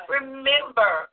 Remember